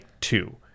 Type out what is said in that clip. two